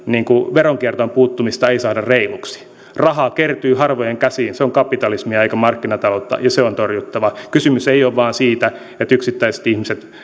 veronkiertoon puuttumista ei saada reiluksi rahaa kertyy harvojen käsiin se on kapitalismia eikä markkinataloutta ja se on torjuttava kysymys ei ole vain siitä että yksittäiset ihmiset